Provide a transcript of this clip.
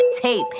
tape